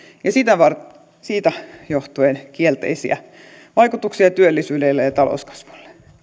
ja siitä johtuen kielteisiä vaikutuksia työllisyyteen ja talouskasvuun